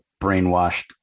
brainwashed